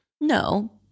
no